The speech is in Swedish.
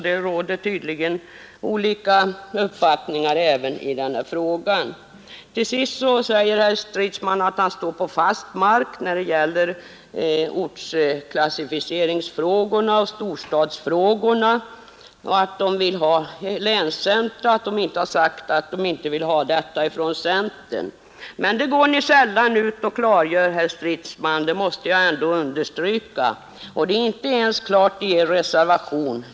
Det råder tydligen olika uppfattningar även i denna fråga. Herr Stridsman säger att han står på fast mark när det gäller ortsklassificeringsfrågorna och storstadsfrågorna och att man inom centern inte sagt att man inte vill ha länscentra. Men detta framgår inte av vad centerns företrädare sagt här i dag och inte ens av er reservation.